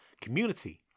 community